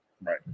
Right